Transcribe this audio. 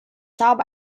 sub